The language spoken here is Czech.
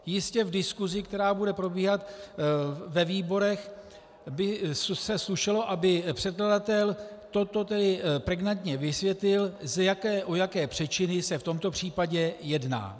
Jistě v diskusi, která bude probíhat ve výborech, by se slušelo, aby předkladatel toto pregnantně vysvětlil, o jaké přečiny se v tomto případě jedná.